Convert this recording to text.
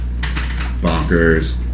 Bonkers